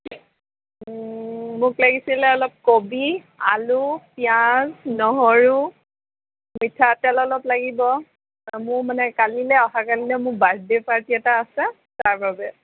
মোক লাগিছিলে অলপ কবি আলু পিঁয়াজ নহৰু মিঠাতেল অলপ লাগিব মোৰ মানে কালিলৈ অহা কালিলৈ মোৰ বাৰ্থ ডে' পাৰ্টি এটা আছে তাৰবাবে